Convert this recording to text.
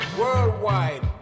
worldwide